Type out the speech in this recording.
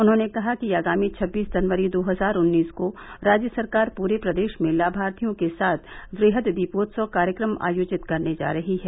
उन्होंने कहा कि आगामी छबीस जनवरी दो हजार उन्नीस को राज्य सरकार पूरे प्रदेश में लाभार्थियों के साथ वृहद दीपोत्सव कार्यक्रम आयोजित करने जा रही है